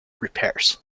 repairs